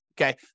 okay